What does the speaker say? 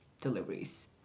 deliveries